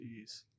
Jeez